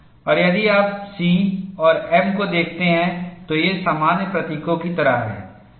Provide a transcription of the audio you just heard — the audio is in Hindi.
और यदि आप C और m को देखते हैं तो ये सामान्य प्रतीकों की तरह हैं